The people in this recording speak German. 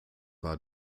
war